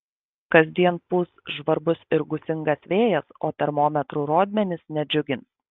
kasdien pūs žvarbus ir gūsingas vėjas o termometrų rodmenys nedžiugins